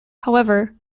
however